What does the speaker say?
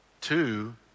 Two